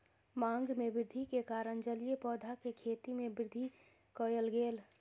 मांग में वृद्धि के कारण जलीय पौधा के खेती में वृद्धि कयल गेल